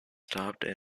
stopped